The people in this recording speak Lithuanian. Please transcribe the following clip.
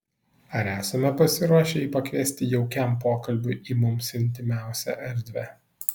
ar esame pasiruošę jį pakviesti jaukiam pokalbiui į mums intymiausią erdvę